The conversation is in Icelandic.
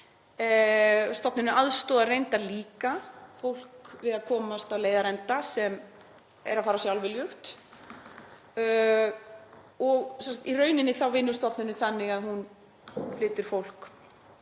Stofnunin aðstoðar reyndar líka fólk við að komast á leiðarenda sem er að fara sjálfviljugt. Í rauninni vinnur stofnunin þannig að hún flytur fólk